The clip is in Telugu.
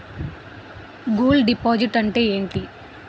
గోల్డ్ డిపాజిట్ అంతే ఎంటి?